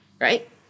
right